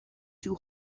two